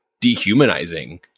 dehumanizing